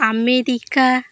America